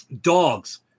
dogs